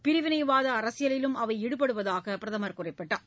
பிரிவினைவாத அரசியலிலும் அவை ஈடுபடுவதாக பிரதமர் குறிப்பிட்டார்